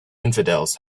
infidels